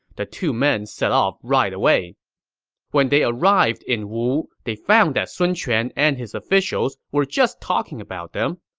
the two men set off right away when they arrived in wu, they found that sun quan and his officials were just talking about them.